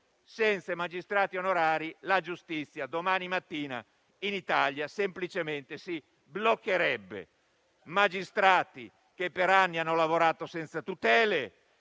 senza i magistrati onorari, la giustizia domani mattina in Italia semplicemente si bloccherebbe. Si tratta di magistrati che, per anni, hanno lavorato senza tutele